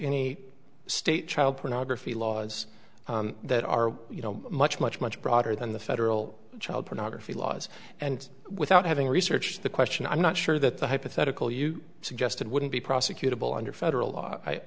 any state child pornography laws that are you know much much much broader than the federal child pornography laws and without having researched the question i'm not sure that the hypothetical you suggested wouldn't be prosecutable under federal law i